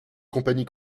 compagnie